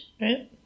Right